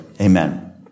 Amen